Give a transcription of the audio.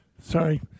Sorry